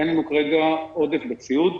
אין לנו כרגע עודף בציוד.